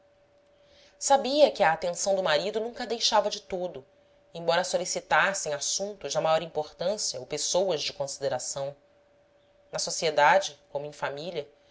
sabia que a atenção do marido nunca a deixava de todo embora a solicitassem assuntos da maior importância ou pessoas de consideração na sociedade como em família